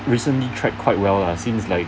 recently track quite well lah seems like